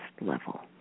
level